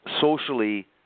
Socially